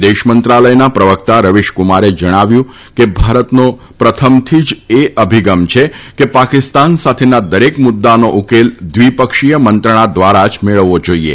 વિદેશમંત્રાલયના પ્રવક્તા રવિશકુમારે જણાવ્યું છાઠે ભારતનો પ્રથમ થી એ જ અભિગમ છાઠે ાકિસ્તાન સાથક્ષા દરેક મુદ્દાનો ઉકેલ લિ ક્ષીય મંત્રણા દ્વારા જ મળવવો જાઇએ